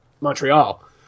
Montreal